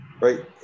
right